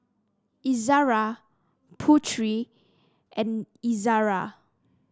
Izzara Putri and Izzara